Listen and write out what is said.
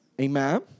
Amen